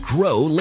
Grow